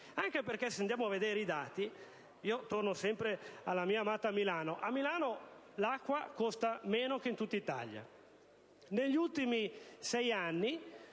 anche perché se andiamo a vedere i dati - torno sempre alla mia amata Milano - a Milano l'acqua costa meno che in tutta Italia. Negli ultimi sei anni